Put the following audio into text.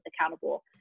accountable